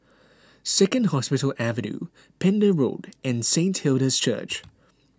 Second Hospital Avenue Pender Road and Saint Hilda's Church